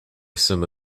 some